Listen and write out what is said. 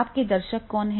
आपके दर्शक कौन हैं